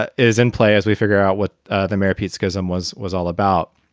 ah is in play as we figure out what the mayor, pete scism, was was all about.